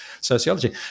sociology